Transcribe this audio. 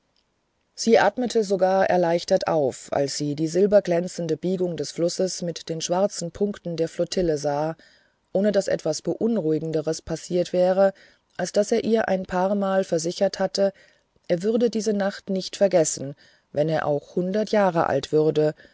sie atmete sogar erleichtert auf als sie die silberglänzende biegung des flusses mit den schwarzen punkten der flottille sah ohne daß etwas beunruhigenderes passiert wäre als daß er ihr ein paarmal versichert hatte er würde diese nacht nicht vergessen wenn er auch hundert jahre alt würde